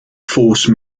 force